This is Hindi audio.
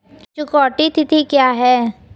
चुकौती तिथि क्या है?